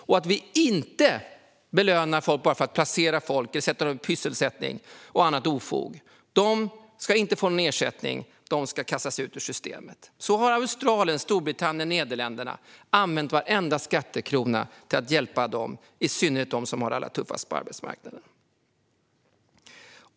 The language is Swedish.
Vi ska inte belöna folk bara för att de placerar människor i pysselsättning och annat ofog. De ska inte få någon ersättning utan ska kastas ut ur systemet. Så har Australien, Storbritannien och Nederländerna använt varenda skattekrona till att i synnerhet hjälpa dem som har det allra tuffast på arbetsmarknaden.